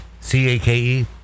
C-A-K-E